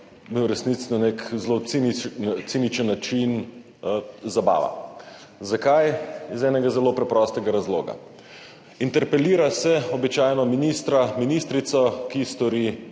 me v resnici na nek zelo cinično ciničen način zabava. Zakaj? Iz enega zelo preprostega razloga. Interpelira se običajno ministra, ministrico, ki stori